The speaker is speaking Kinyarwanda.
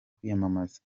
kwiyamamaza